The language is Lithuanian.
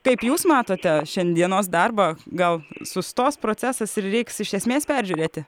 kaip jūs matote šiandienos darbą gal sustos procesas ir reiks iš esmės peržiūrėti